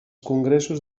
congressos